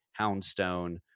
Houndstone